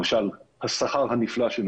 למשל בגלל גובה השכר ה"נפלא"